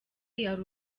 yari